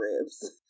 ribs